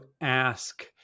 ask